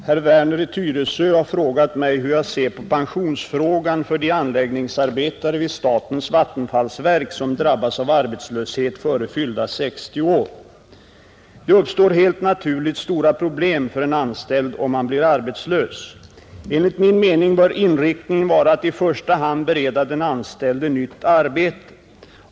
Herr talman! Herr Werner i Tyresö har fråga mig hur jag ser på pensionsfrågan för de anläggningsarbetare vid statens vattenfallsverk som drabbas av arbetslöshet före fyllda 60 år. Det uppstår helt naturligt stora problem för en anställd, om han blir arbetslös. Enligt min mening bör inriktningen vara att i första hand bereda den anställde nytt arbete.